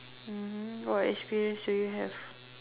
mm what experience do you have